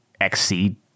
xc